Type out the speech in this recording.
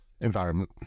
environment